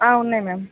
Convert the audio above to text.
ఉన్నాయి మ్యామ్